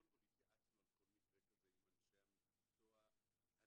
התייעצנו על כל מקרה כזה עם אנשי המקצוע הנקודתיים,